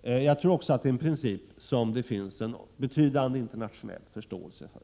tror jag. Det är också en princip som det råder betydande internationell förståelse för.